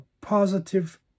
positive